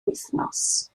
wythnos